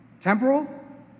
temporal